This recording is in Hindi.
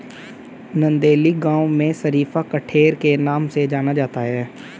नंदेली गांव में शरीफा कठेर के नाम से जाना जाता है